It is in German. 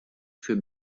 für